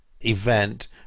event